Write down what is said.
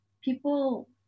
people